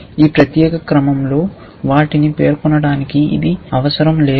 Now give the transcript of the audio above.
ఈ ప్రత్యేక క్రమంలో వాటిని పేర్కొనడానికి ఇది అవసరం లేదు